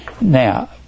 Now